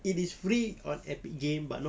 it is free on epic games but not